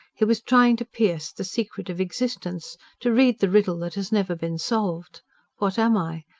he was trying to pierce the secret of existence to rede the riddle that has never been solved what am i?